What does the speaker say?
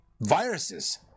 viruses